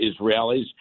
Israelis